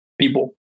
people